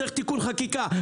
צריך תיקון חקיקה,